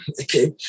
Okay